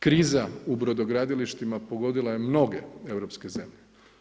Kriza u brodogradilištima pogodila je mnoge europske zemlje.